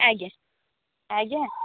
ଆଜ୍ଞା ଆଜ୍ଞା